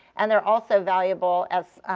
and they're also valuable as